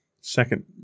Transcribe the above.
second